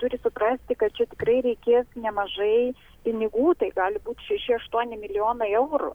turi suprasti kad čia tikrai reikės nemažai pinigų tai gali būt šeši aštuoni milijonai eurų